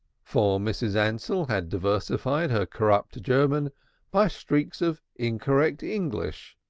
for mrs. ansell had diversified her corrupt german by streaks of incorrect english,